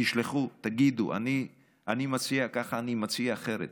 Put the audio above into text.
תשלחו, תגידו: אני מציע ככה, אני מציע אחרת.